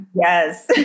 Yes